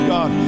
God